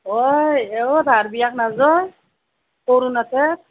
অই এইয় ভাৰ বিয়াত নাযোৱা তৰুণ আছে